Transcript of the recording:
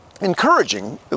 encouraging